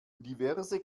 diverse